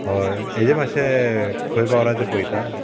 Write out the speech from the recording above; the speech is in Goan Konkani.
हय हेजे मातशें खंय पावला तें पयता